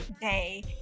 day